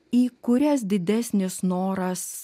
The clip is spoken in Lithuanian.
į kurias didesnis noras